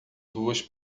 duas